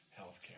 healthcare